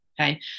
okay